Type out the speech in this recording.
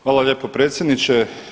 Hvala lijepo predsjedniče.